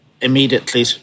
immediately